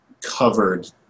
covered